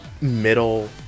middle